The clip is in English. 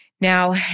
Now